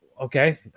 Okay